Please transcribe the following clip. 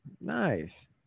nice